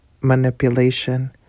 manipulation